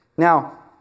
Now